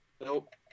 Nope